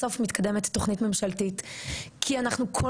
בסוף מתקדמת תוכנית ממשלתית כי אנחנו כל